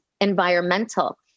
environmental